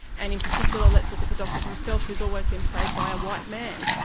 and in particular let's look at the doctor himself who has always been played by a white man.